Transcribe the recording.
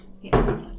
Yes